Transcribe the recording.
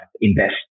invest